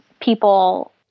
people